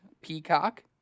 Peacock